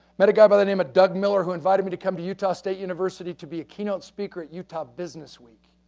met a guy by the name of doug miller, who invited me to come to utah state university to be a keynote speaker at utah business week.